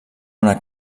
una